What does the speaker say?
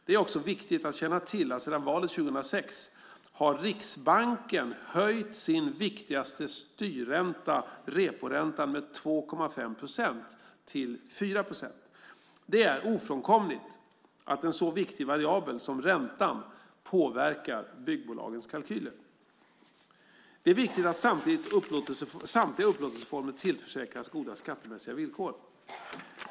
Det är också viktigt att känna till att sedan valet 2006 har Riksbanken höjt sin viktigaste styrränta, reporäntan, från 2,5 procent till 4 procent. Det är ofrånkomligt att en så viktig variabel som räntan påverkar byggbolagens kalkyler. Det är viktigt att samtliga upplåtelseformer tillförsäkras goda skattemässiga villkor.